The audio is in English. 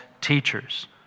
teachers